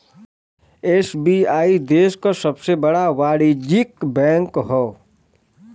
SBI देश क सबसे बड़ा वाणिज्यिक बैंक हौ